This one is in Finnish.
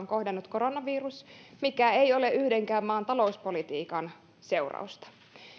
kohdannut koronavirus mikä ei ole yhdenkään maan talouspolitiikan seurausta